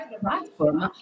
platform